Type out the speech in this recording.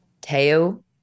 Teo